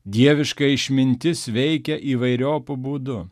dieviška išmintis veikia įvairiopu būdu